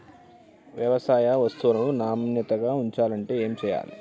వ్యవసాయ వస్తువులను నాణ్యతగా ఉంచాలంటే ఏమి చెయ్యాలే?